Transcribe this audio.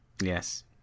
Yes